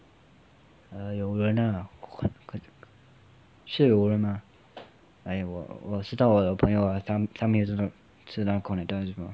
额有人啦是有人啊 like 我知道我的朋友啊他没有这种没有吃到 cornetto 这种